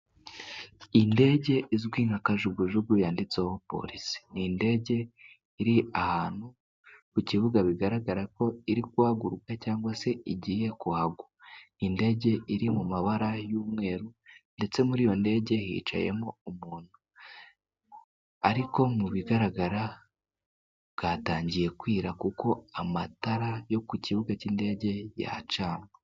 Indege izwi nka kajugujugu yanditseho polisi. Ni indege iri ahantu ku kibuga bigaragara ko iri guhaguruka cyangwa se igiye kuhagwa. Indege iri mu mabara y'umweru ndetse muri iyo ndege hicayemo umuntu. Ariko mu bigaragara bwatangiye kwira kuko amatara yo ku kibuga cy'indege yacanwe.